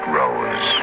rose